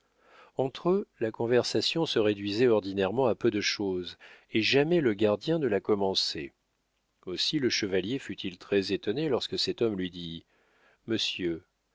entre eux la conversation se réduisait ordinairement à peu de chose et jamais le gardien ne la commençait aussi le chevalier fut-il très-étonné lorsque cet homme lui dit monsieur